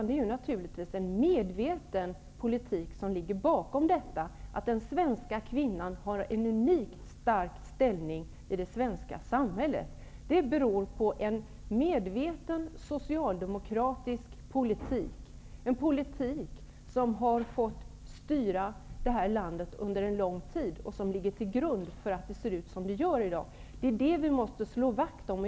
Det är naturligtvis en medveten politik som ligger bakom att den svenska kvinnan har en unikt stark ställning i det svenska samhället. Det beror på en medveten socialdemokratisk politik, en politik som har fått styra det här landet under en lång tid och som ligger till grund för att det ser ut som det gör i dag. Det är detta vi måste slå vakt om.